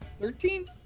Thirteen